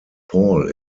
paul